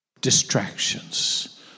distractions